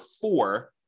four